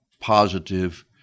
positive